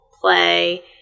play